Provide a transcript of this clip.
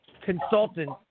consultant